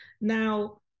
Now